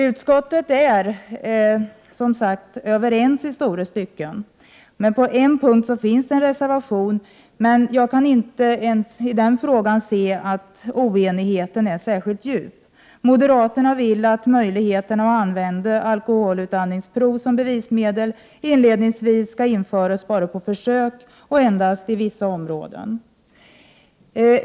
Utskottet är som sagt överens i stora stycken. På en punkt finns det en reservation, men jag kan inte se att oenigheten ens i den frågan är särskilt stor. Moderaterna vill att möjligheterna att använda alkoholutandningsprov som bevismedel inledningsvis skall införas bara på försök och endast i vissa områden.